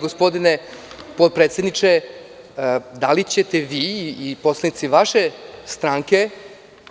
Gospodine potpredsedniče, da li ćete vi i poslanici vaše stranke